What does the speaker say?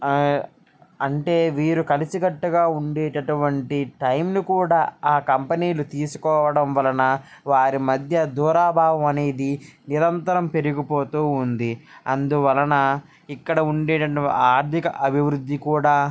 ఆ అంటే వీరు కలిసికట్టుగా ఉండేటటువంటి టైంని కూడా ఆ కంపెనీలు తీసుకోవడం వలన వారి మధ్య దూరాభావం అనేది నిరంతరం పెరిగిపోతూ ఉంది అందువలన ఇక్కడ ఉండేటటువంటి ఆర్థిక అభివృద్ధి కూడా